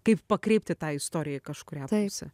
kaip pakreipti tą istoriją į kažkurią pusę